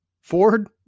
Ford